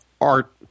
art